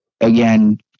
again